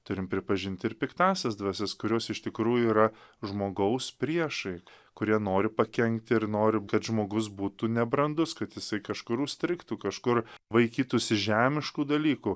turim pripažint ir piktąsias dvasias kurios iš tikrųjų yra žmogaus priešai kurie nori pakenkti ir norim kad žmogus būtų nebrandus kad jisai kažkur užstrigtų kažkur vaikytųsi žemiškų dalykų